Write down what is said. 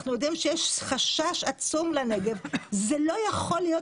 אנחנו יודעים שיש חשש עצום לנגב ולא יכול להיות,